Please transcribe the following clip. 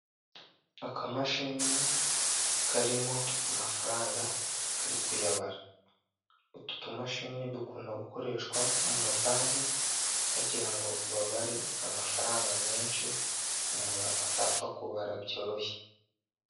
Akamashini karimo amafaranga kari kuyabara, utu tumashini dukunda gukoreshwa mu mabanki, bagirango babare amafaranga menshi, umuntu atapfa kubara byoroshye.